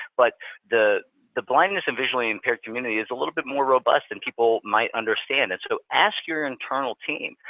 but the the blindness and visually impaired community is a little bit more robust than people might understand. and so ask your internal team,